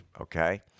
Okay